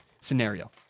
scenario